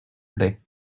plait